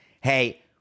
hey